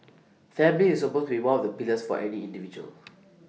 family is supposed to be one of the pillars for any individual